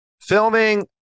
filming